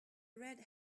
red